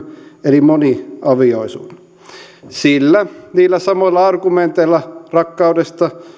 eli moniavioisuuden sillä niillä samoilla argumenteilla rakkaudesta